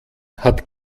hat